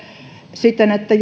siten että